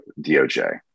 DOJ